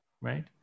right